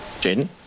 Jaden